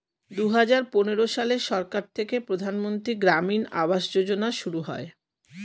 দুহাজার পনেরো সালে সরকার থেকে প্রধানমন্ত্রী গ্রামীণ আবাস যোজনা শুরু হয়